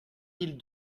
mille